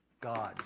gods